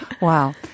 Wow